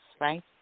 right